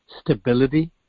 stability